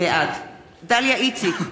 בעד דליה איציק,